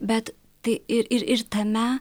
bet tai ir ir ir tame